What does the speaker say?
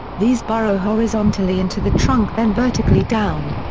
these burrow horizontally into the trunk then vertically down.